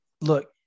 look